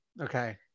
okay